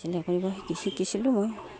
চিলাই কৰিব শিকিছিলোঁ মই